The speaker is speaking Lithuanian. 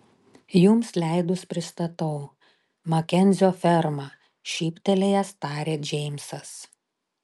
jums leidus pristatau makenzio ferma šyptelėjęs tarė džeimsas